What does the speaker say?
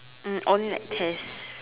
mm only like tests